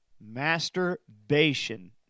masturbation